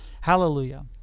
Hallelujah